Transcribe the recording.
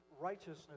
righteousness